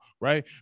right